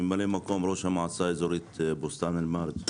ממלא מקום ראש המועצה האזורית בוסתן אל-מרג'.